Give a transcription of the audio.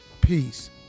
Peace